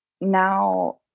now